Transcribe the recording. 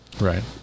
Right